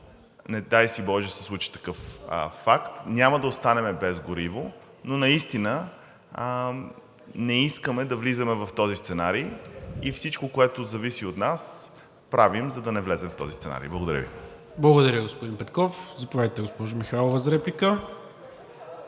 не дай си боже, се случи такъв факт, че няма да останем без гориво, но наистина не искаме да влизаме в този сценарий. Правим всичко, което зависи от нас, за да не влезем в този сценарий. Благодаря Ви. ПРЕДСЕДАТЕЛ НИКОЛА МИНЧЕВ: Благодаря, господин Петков. Заповядайте, госпожо Михайлова, за реплика.